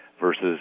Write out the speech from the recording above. versus